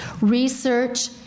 research